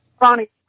Ronnie